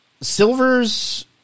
Silver's